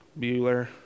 Bueller